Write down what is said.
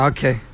Okay